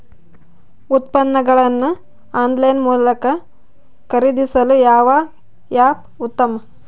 ಉತ್ಪನ್ನಗಳನ್ನು ಆನ್ಲೈನ್ ಮೂಲಕ ಖರೇದಿಸಲು ಯಾವ ಆ್ಯಪ್ ಉತ್ತಮ?